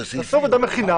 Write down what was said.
תעשו עבודה מכינה,